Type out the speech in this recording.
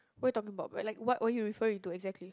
what you talking about like what what you referring to exactly